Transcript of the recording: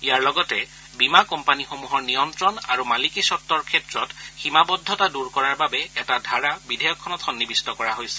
ইয়াৰ লগতে বীমা কোম্পানীসমূহৰ নিয়ন্ত্ৰণ আৰু মালিকীস্বতূৰ ক্ষেত্ৰত সীমাবদ্ধতা দূৰ কৰাৰ বাবে এটা ধাৰা বিধেয়কখনত সন্নিৱিষ্ট কৰা হৈছে